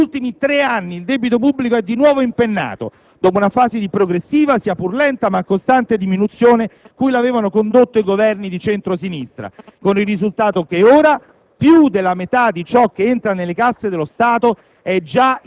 mentre nel 2005 risultava del 5,5 per cento. Negli ultimi tre anni il debito pubblico si è nuovamente impennato dopo una fase di progressiva, sia pur lenta, ma costante diminuzione cui l'avevano condotto i Governi di centro-sinistra: con il risultato che ora